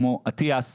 כמו אטיאס,